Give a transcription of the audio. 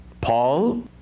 Paul